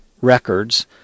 records